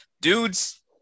dudes